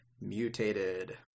Mutated